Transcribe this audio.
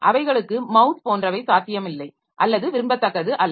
அவைகளுக்கு மவ்ஸ் போன்றவை சாத்தியமில்லை அல்லது விரும்பத்தக்கது அல்ல